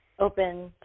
open